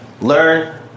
Learn